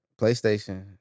PlayStation